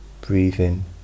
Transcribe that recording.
breathing